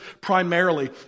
primarily